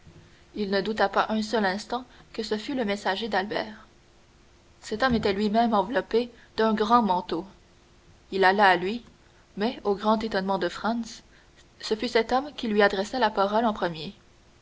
il ne douta pas un seul instant que ce ne fût le messager d'albert cet homme était lui-même enveloppé d'un grand manteau il alla à lui mais au grand étonnement de franz ce fut cet homme qui lui adressa la parole le premier